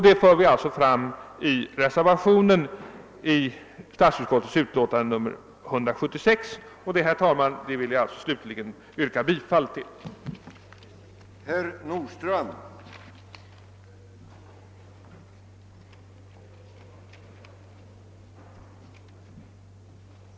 Detta förslag har tagits upp i reservationen till statsutskot tets utlåtande nr 176, och jag vill, herr talman, yrka bifall till reservationen 2.